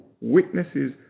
witnesses